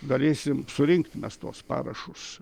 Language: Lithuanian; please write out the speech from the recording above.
galėsim surinkt tuos parašus